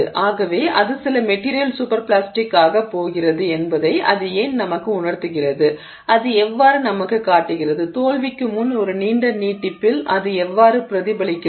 ஆகவே அது சில மெட்டிரியல் சூப்பர் பிளாஸ்டிக் ஆகப் போகிறது என்பதை அது ஏன் நமக்கு உணர்த்துகிறது அது எவ்வாறு நமக்குக் காட்டுகிறது தோல்விக்கு முன் ஒரு நீண்ட நீட்டிப்பில் அது எவ்வாறு பிரதிபலிக்கிறது